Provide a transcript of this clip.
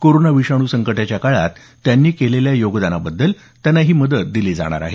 corona विषाणू संकटाच्या काळात त्यांनी केलेल्या योगदानाबद्दल ही मदत दिली जाणार आहे